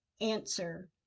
Answer